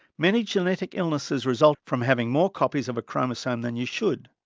many genetic illnesses result from having more copies of a chromosome than you should.